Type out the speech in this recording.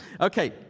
Okay